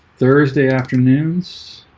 thursday afternoons